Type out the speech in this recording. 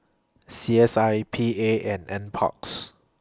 C S I P A and N Parks